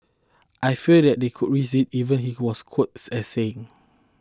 I fear that they could risk it even he was quoted as saying